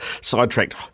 sidetracked